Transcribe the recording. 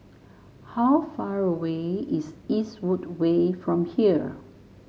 how far away is Eastwood Way from here